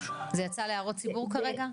זה יצא להערות ציבור כרגע?